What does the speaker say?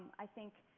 i think,